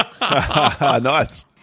Nice